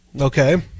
Okay